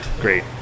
Great